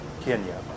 Kenya